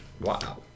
Wow